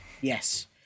Yes